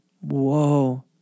Whoa